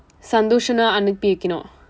சந்தோஷமா அனுப்பி வைக்கணும்:santhosamaa anuppi vaikkanum